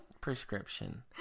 prescription